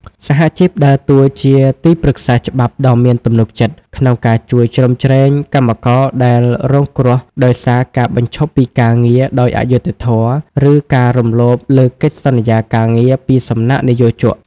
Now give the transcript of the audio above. សហជីពដើរតួជាទីប្រឹក្សាច្បាប់ដ៏មានទំនុកចិត្ត ក្នុងការជួយជ្រោមជ្រែងកម្មករដែលរងគ្រោះដោយសារការបញ្ឈប់ពីការងារដោយអយុត្តិធម៌ ឬការរំលោភលើកិច្ចសន្យាការងារពីសំណាក់និយោជក។